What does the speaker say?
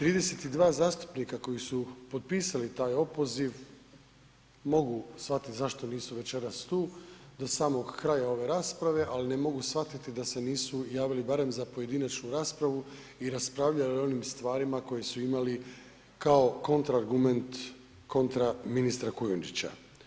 32 zastupnika koji su potpisali taj opoziv mogu shvatiti zašto nisu večeras tu do samog kraja ove rasprave, ali ne mogu shvatiti da se nisu javili barem za pojedinačnu raspravu i raspravljali o onim stvarima koje su imali kao kontraargument, kontra ministra Kujundžića.